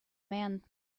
man